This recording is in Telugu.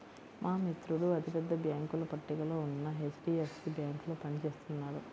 మా మిత్రుడు అతి పెద్ద బ్యేంకుల పట్టికలో ఉన్న హెచ్.డీ.ఎఫ్.సీ బ్యేంకులో పని చేస్తున్నాడు